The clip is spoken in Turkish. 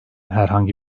herhangi